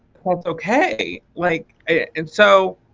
well it's okay. like and so